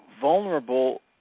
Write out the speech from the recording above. vulnerable